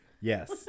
Yes